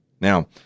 Now